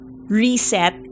Reset